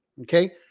Okay